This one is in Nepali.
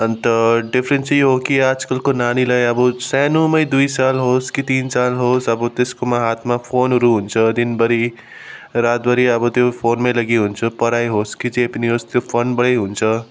अन्त डिफ्रेन्स चाहिँ यो हो कि आजकलको नानीलाई अबो सानोमै दुई साल होस् कि तिन सालमा होस् अब त्यसकोमा हातमा फोनहरू हुन्छ दिनभरी रातभरी अब त्यो फोनमै लागु हुन्छ पढाइ होस् कि जे पनि होस् फोनमै हुन्छ